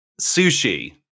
sushi